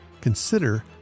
Consider